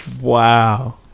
Wow